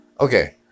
Okay